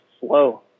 slow